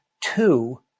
two